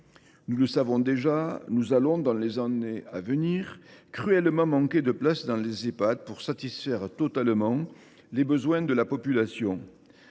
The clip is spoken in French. nous le savons déjà, nous allons, dans les années à venir, manquer cruellement de places en Ehpad pour satisfaire totalement les besoins de la population,